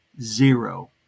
Zero